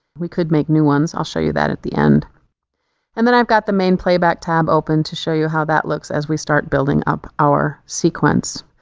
we could make new ones i'll show you that at the end and then i've got the main playback tab open to show you how that looks as we start building up our sequence.